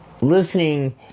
listening